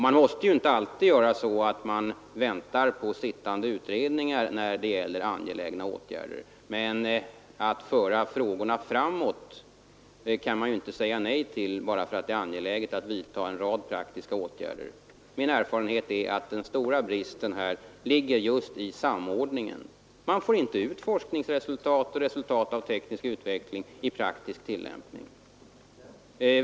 Man måste inte alltid vänta på sittande utredningar när det gäller angelägna åtgärder, men man kan inte säga nej till att föra frågorna framåt bara för att man vill vidta en rad praktiska åtgärder. Min erfarenhet är att den stora bristen härvidlag ligger i samordningen. Man får inte ut forskningsresultat och resultat av teknisk utveckling i praktisk tillämpning.